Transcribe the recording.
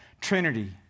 Trinity